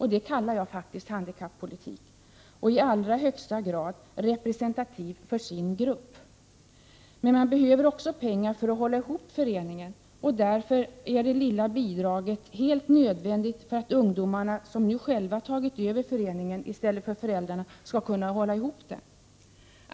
Det kallar jag faktiskt handikappolitik. Organisationen är i allra högsta grad representativ för sin grupp. Men man behöver också pengar för att hålla ihop föreningen. Det lilla bidraget är helt nödvändigt för att ungdomarna, som nu själva tagit över föreningen från föräldrarna, skall kunna hålla ihop den.